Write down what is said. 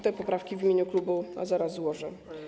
Te poprawki w imieniu klubu zaraz złożę.